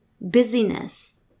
busyness